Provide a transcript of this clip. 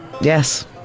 Yes